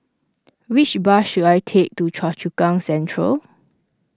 which bus should I take to Choa Chu Kang Central